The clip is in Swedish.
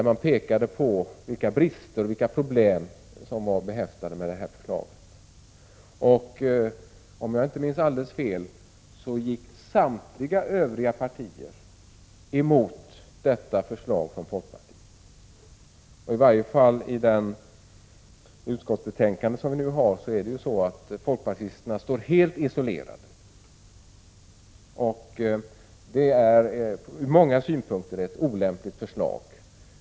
Riksdagen pekade på de brister och problem som var behäftade med förslaget. Om jag inte minns alldeles fel, gick samtliga övriga 127 partier emot detta förslag från folkpartiet, och i det betänkande som vi nu behandlar står folkpartisterna helt isolerade. Det är ur många synpunkter ett olämpligt förslag.